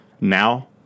now